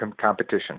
competition